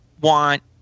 Want